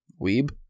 weeb